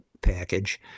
package